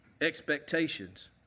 expectations